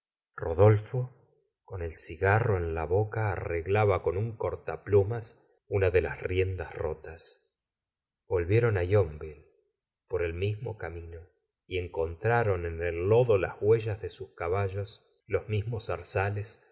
rodolfo con el cigarro en la boca arreglaba con un cortaplumas una de las riendas rotas volvieron á yonville por el mismo camino y encontraron en el lodo las huellas de sus caballos los mismos zarzales